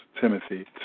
Timothy